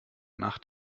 nacht